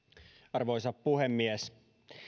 arvoisa puhemies